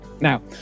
now